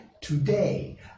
today